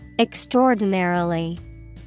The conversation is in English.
Extraordinarily